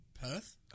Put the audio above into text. Perth